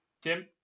Tim